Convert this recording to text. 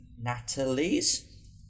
Natalie's